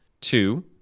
two